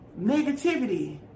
negativity